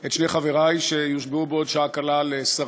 את שני חברי שיושבעו בעוד שעה קלה לשרים,